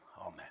Amen